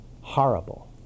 horrible